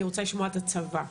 אני רוצה לשמוע את הצבא.